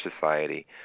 society